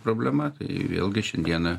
problema tai vėlgi šiandieną